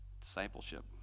Discipleship